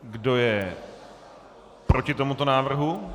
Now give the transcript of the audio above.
Kdo je proti tomuto návrhu?